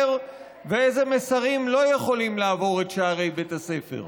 ואיזה מסרים לא יכולים לעבור את שערי בית הספר.